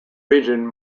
region